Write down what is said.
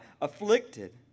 afflicted